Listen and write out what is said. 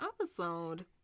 episode